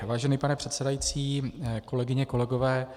Vážený pane předsedající, kolegyně, kolegové.